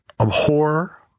abhor